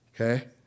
Okay